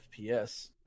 FPS